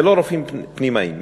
ולא רופאים פנימאים.